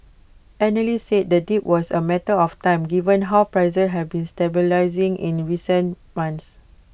analysts said the dip was A matter of time given how prices have been stabilising in recent months